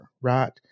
right